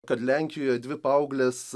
kad lenkijoje dvi paauglės